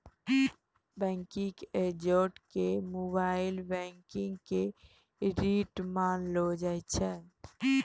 banking एजेंटो के mobile banking के रीढ़ मानलो जाय छै